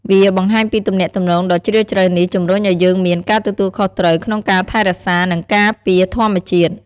វាបង្ហាញពីទំនាក់ទំនងដ៏ជ្រាលជ្រៅនេះជំរុញឲ្យយើងមាន ការទទួលខុសត្រូវ ក្នុងការថែរក្សា និងការពារធម្មជាតិ។